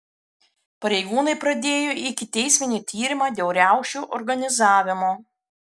pareigūnai pradėjo ikiteisminį tyrimą dėl riaušių organizavimo